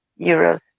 euros